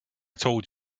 told